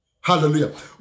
Hallelujah